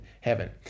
heaven